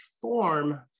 form